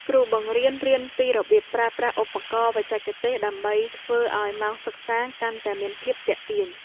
គ្រូបង្រៀនរៀនពីរបៀបប្រើប្រាស់ឧបករណ៍បច្ចេកទេសដើម្បីធ្វើឱ្យម៉ោងសិក្សាកាន់តែមានភាពទាក់ទាញ។